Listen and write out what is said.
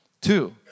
Two